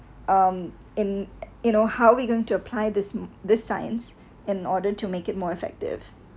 um in you know how we going to apply this this science in order to make it more effective